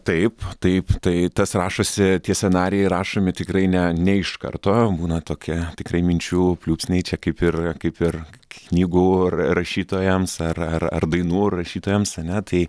taip taip tai tas rašosi tie scenarijai rašomi tikrai ne ne iš karto būna tokia tikrai minčių pliūpsniai čia kaip ir kaip ir knygų ra rašytojams ar ar ar dainų rašytojams ane tai